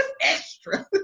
extra